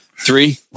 Three